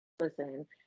listen